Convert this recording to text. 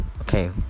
Okay